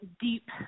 deep